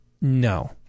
No